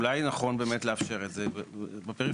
אולי נכון לאפשר את זה בפריפריה.